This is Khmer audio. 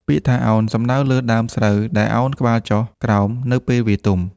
ពាក្យថា «ឱន» សំដៅលើដើមស្រូវដែលឱនក្បាលចុះក្រោមនៅពេលវាទុំ។